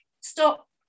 stop